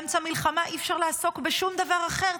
באמצע מלחמה אי-אפשר לעסוק בשום דבר אחר,